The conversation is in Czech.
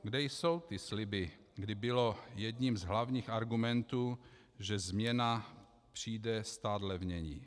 Kde jsou ty sliby, kde bylo jedním z hlavních argumentů, že změna přijde stát levněji?